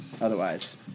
otherwise